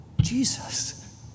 Jesus